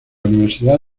universidad